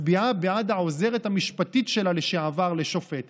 מצביעה בעד העוזרת המשפטית שלה לשעבר לשופטת.